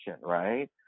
right